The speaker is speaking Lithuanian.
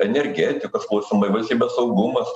energetikos klausimai valstybės saugumas